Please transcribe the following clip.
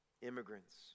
Immigrants